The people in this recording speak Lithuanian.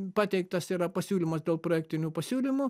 pateiktas yra pasiūlymas dėl projektinių pasiūlymų